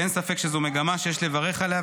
ואין ספק שזו מגמה שיש לברך עליה,